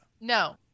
no